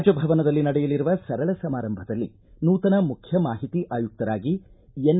ರಾಜಭವನದಲ್ಲಿ ನಡೆಯಲಿರುವ ಸರಳ ಸಮಾರಂಭದಲ್ಲಿ ನೂತನ ಮುಖ್ಯ ಮಾಹಿತಿ ಆಯುಕ್ತರಾಗಿ ಎನ್